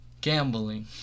gambling